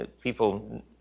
people